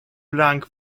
lang